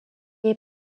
est